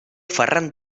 ferran